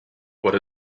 what